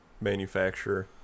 manufacturer